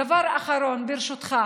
דבר אחרון, ברשותך.